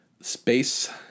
Space